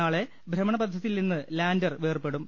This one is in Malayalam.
നാളെ ഭ്രമണപഥ ത്തിൽനിന്ന് ലാന്റർ വേർപെടും